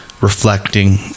reflecting